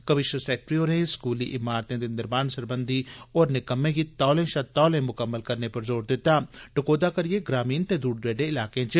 commissioner secretary होरें स्कूली इमारतें ते निर्माण सरबंधी होरने कम्में गी तौले शा तौले म्कम्मल करने पर जोर दिता टकोहदा करियै ग्रामीण ते दूर दरेडे इलाकें च